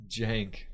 Jank